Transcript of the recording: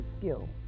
skill